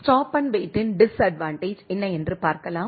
stop and வெயிட்டின் disadvantage என்ன என்று பார்க்கலாம்